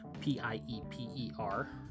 P-I-E-P-E-R